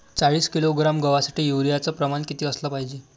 चाळीस किलोग्रॅम गवासाठी यूरिया च प्रमान किती असलं पायजे?